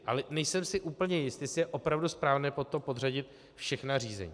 Ale nejsem si úplně jist, jestli je opravdu správné pod to podřadit všechna řízení.